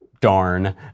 darn